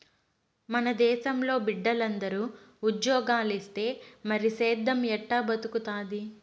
మన దేశంలో బిడ్డలందరూ ఉజ్జోగాలిస్తే మరి సేద్దెం ఎట్టా బతుకుతాది